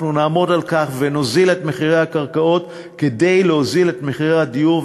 אנחנו נעמוד על כך ונוזיל את מחירי הקרקעות כדי להוזיל את מחירי הדיור.